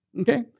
Okay